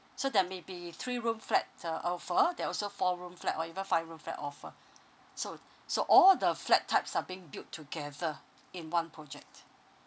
so there may be three room flat uh offer there also four room flat or even five room flat offer so so all the flat types are being built together in one project